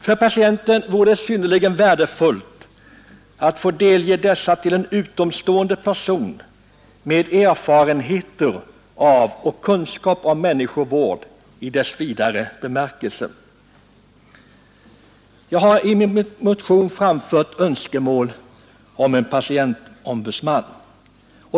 För patienten vore det synnerligen värdefullt att kunna delge dessa till utomstående personer med erfarenhet av och kunskap om människovård i vidare bemärkelse. Jag har i min motion framfört önskemål om en patientombudsman.